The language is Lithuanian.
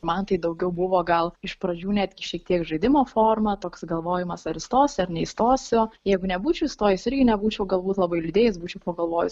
man tai daugiau buvo gal iš pradžių netgi šiek tiek žaidimo forma toks galvojimas ar įstosiu ar neįstosiu jeigu nebūčiau įstojusi irgi nebūčiau galbūt labai liūdėjęs būčiau pagalvojus